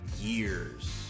Years